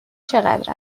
چقدر